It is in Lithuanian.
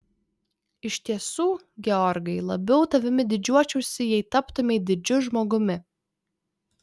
iš tiesų georgai labiau tavimi didžiuočiausi jei taptumei didžiu žmogumi